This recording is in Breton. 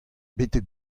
betek